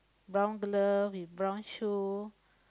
brown glove with brown shoe